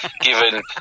given